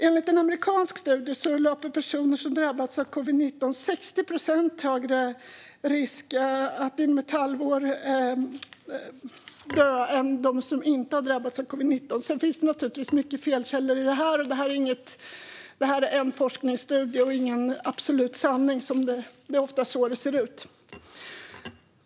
Enligt en amerikansk studie löper personer som drabbats av covid-19 60 procent högre risk att dö inom ett halvår än de som inte har drabbats av covid-19. Sedan finns det naturligtvis många felkällor. Det här är ju en forskningsstudie och ingen absolut sanning, men det är ofta så det ser ut.